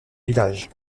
village